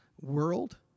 world